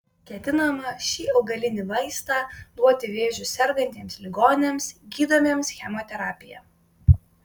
ketinama šį augalinį vaistą duoti vėžiu sergantiems ligoniams gydomiems chemoterapija